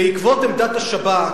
בעקבות עמדת השב"כ,